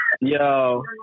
Yo